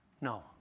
No